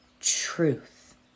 truth